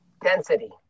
density